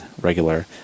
regular